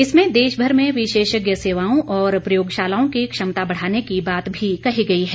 इसमें देशभर में विशेषज्ञ सेवाओं और प्रयोगशालाओं की क्षमता बढ़ाने की बात भी कही गई है